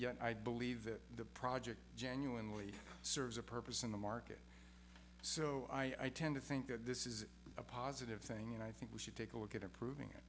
and i believe that the project genuinely serves a purpose in the market so i tend to think that this is a positive thing and i think we should take a look at improving